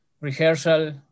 rehearsal